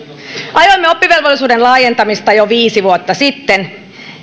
ajoimme oppivelvollisuuden laajentamista jo viisi vuotta sitten